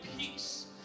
peace